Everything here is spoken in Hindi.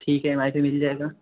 ठीक है ई एम आई पे मिल जाएगा